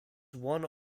one